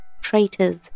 traitors